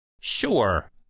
Sure